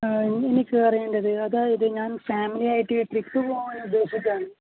എനിക്കറിയേണ്ടത് അതായത് ഞാൻ ഫാമിലിയായിട്ട് ട്രിപ്പ് പോകാനുദ്ദേശിക്കുവാണ്